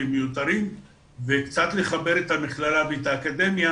הם מיותרים וקצת לחבר את המכללה ואת האקדמיה